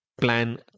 plan